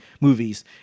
movies